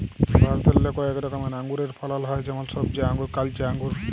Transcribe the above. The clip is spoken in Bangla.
ভারতেল্লে কয়েক রকমের আঙুরের ফলল হ্যয় যেমল সইবজা আঙ্গুর, কাইলচা আঙ্গুর